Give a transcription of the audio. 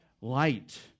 light